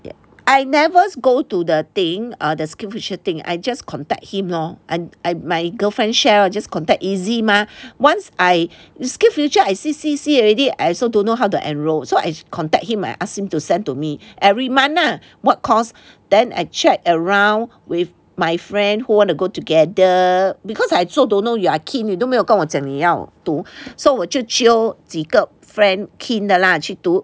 I never go to the thing err the SkillsFuture thing I just contact him lor and and my girlfriend share just contact easy mah once I SkillsFuture I see see see already I also don't know how to enroll so I contact him I ask him to send to me every month lah what course then I check around with my friend who want to go together because I also don't know you are keen 都没有跟我讲你要读 so 我就 jio 几个 friend keen 的 lah 去读